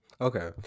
Okay